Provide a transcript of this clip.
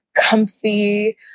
comfy